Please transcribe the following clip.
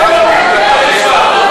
אין ממשלה בישראל.